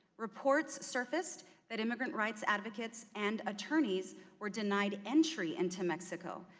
reports surfaced that immigrant rights advocates and attorneys were denied entry into mexico.